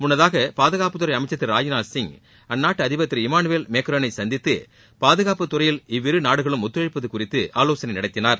முன்னதாக பாதுகாப்புத்துறை அமைச்சர் திரு ராஜ்நாத்சிய் அந்நாட்டு அதிபர் திரு இமானுவேல் மேக்ரோனை சந்தித்து பாதுகாப்புத்துறையில் இவ்விருநாடுகளும் ஒத்துழைப்பது குறித்து ஆவோசனை நடத்தினார்